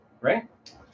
right